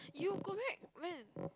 you go back when